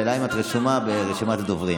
השאלה היא אם את רשומה ברשימת הדוברים.